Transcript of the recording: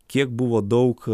kiek buvo daug